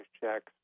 checks